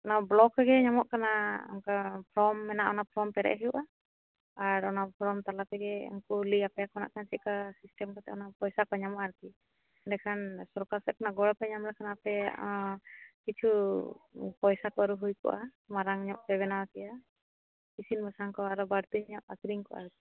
block ᱨᱮᱜᱮ ᱧᱟᱢᱚᱜ ᱠᱟᱱᱟ ᱚᱱᱟᱠᱟ ᱯᱷᱨᱚᱢ ᱢᱮᱱᱟᱜᱼᱟ ᱚᱱᱟ ᱯᱷᱨᱚᱢ ᱯᱮᱨᱮᱡ ᱦᱳᱭᱳᱜᱼᱟ ᱟᱨ ᱚᱱᱟ ᱯᱷᱨᱚᱢ ᱛᱟᱞᱟ ᱛᱮᱦᱮ ᱩᱱᱠᱩ ᱞᱟᱹᱭ ᱟᱯᱮᱭᱟᱠᱚ ᱱᱟᱦᱟᱜ ᱪᱮᱫ ᱞᱮᱠᱟ ᱥᱤᱥᱴᱮᱢ ᱠᱟᱛᱮ ᱚᱱᱟ ᱯᱚᱭᱥᱟ ᱠᱚ ᱧᱟᱢᱚᱜ ᱟᱨᱠᱤ ᱮᱰᱮ ᱠᱷᱟᱱ ᱥᱚᱨᱠᱟᱨ ᱥᱮᱱ ᱠᱷᱚᱱ ᱜᱚᱲᱚ ᱯᱮ ᱧᱟᱢ ᱞᱮᱠᱷᱟᱚᱱ ᱟᱯᱮ ᱠᱤᱪᱷᱩ ᱯᱚᱭᱥᱟ ᱠᱚ ᱟᱨᱩ ᱦᱳᱭ ᱠᱚᱜᱼᱟ ᱢᱟᱨᱟᱝ ᱧᱚᱜ ᱯᱮ ᱵᱮᱱᱟᱣ ᱠᱮᱭᱟ ᱤᱥᱤᱱ ᱵᱟᱥᱟᱝ ᱠᱚ ᱟᱨᱦᱚᱸ ᱵᱟᱲᱛᱤ ᱧᱚᱜ ᱟᱠᱷᱟᱨᱤᱧ ᱠᱚᱜᱼᱟ